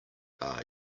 are